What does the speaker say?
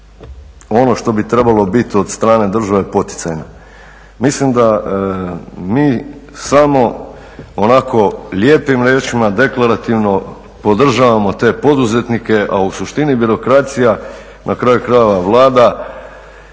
ono što bi trebalo biti od strane države poticajna. Mislim da mi samo onako lijepim riječima deklarativno podržavamo te poduzetnike a u suštini birokracija, na kraju krajeva Vlada